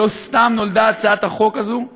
ולא סתם נולדה הצעת החוק הזאת,